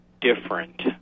different